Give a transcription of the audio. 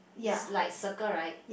is like circle right